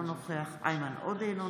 אינו נוכח איימן עודה,